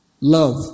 love